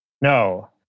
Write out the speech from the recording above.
No